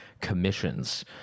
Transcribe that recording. commissions